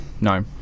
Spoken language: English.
no